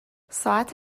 ساعت